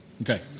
Okay